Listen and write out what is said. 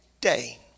day